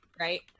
right